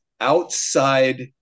Outside